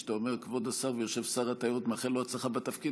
כשאתה אומר "כבוד השר" ויושב שר התיירות ואתה מאחל לו הצלחה בתפקיד,